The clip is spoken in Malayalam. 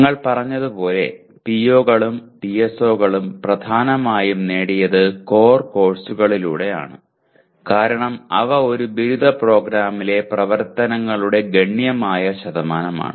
ഞങ്ങൾ പറഞ്ഞതുപോലെ PO കളും PSO കളും പ്രധാനമായും നേടിയത് കോർ കോഴ്സുകളിലൂടെയാണ് കാരണം അവ ഒരു ബിരുദ പ്രോഗ്രാമിലെ പ്രവർത്തനങ്ങളുടെ ഗണ്യമായ ശതമാനമാണ്